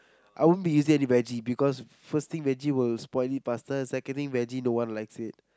I won't be using any vege because first thing vege will spoily busters secondly vege no one likes it